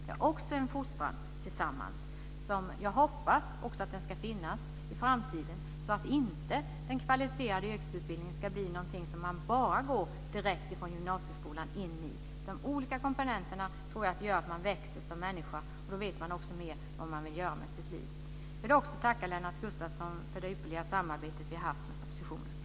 Det är också en fostran som jag hoppas ska finnas med i framtiden så att den kvalificerade yrkesutbildningen inte ska bli någonting som man bara genomgår direkt från gymnasieskolan. Jag tror att de olika komponenterna gör att man växer som människa, och då vet man också mera om vad det är som man vill göra med sitt liv. Jag vill också tacka Lennart Gustavsson för det ypperliga samarbetet som vi har haft i samband med propositionen.